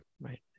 right